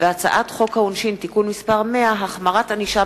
הצעת חוק העונשין (תיקון מס' 101),